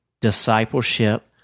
discipleship